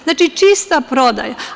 Znači, čista prodaja.